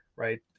right